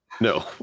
No